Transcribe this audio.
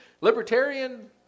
Libertarian